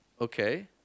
Okay